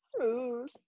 smooth